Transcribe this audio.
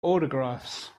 autographs